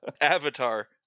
Avatar